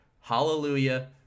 hallelujah